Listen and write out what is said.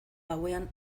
gauean